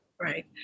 Right